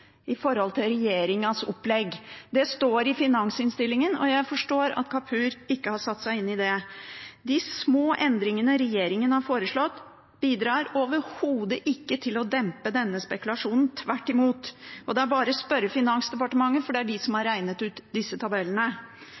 i skattelette samlet, i forhold til regjeringens opplegg. Det står i finansinnstillingen, og jeg forstår at Kapur ikke har satt seg inn i det. De små endringene regjeringen har foreslått, bidrar overhodet ikke til å dempe denne spekulasjonen – tvert imot. Det er bare å spørre Finansdepartementet, for det er de som har regnet ut disse tabellene.